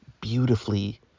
beautifully